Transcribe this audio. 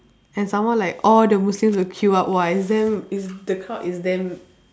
and some more like all the muslims will queue up !wah! it's damn it's the crowd is damn